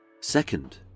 Second